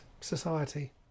society